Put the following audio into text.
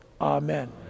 Amen